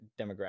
demographic